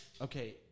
Okay